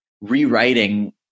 rewriting